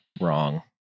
wrong